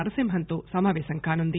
నరసింహస్తో సమాపేశం కానుంది